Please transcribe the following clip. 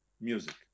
music